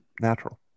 Natural